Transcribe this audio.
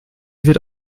wird